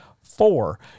Four